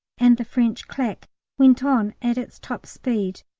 and the french clack went on at its top speed,